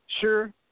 Sure